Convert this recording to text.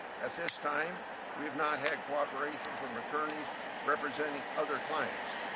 at this time we have not had cooperation from attorneys representing other clients.